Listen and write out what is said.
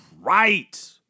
Right